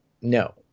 no